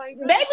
Baby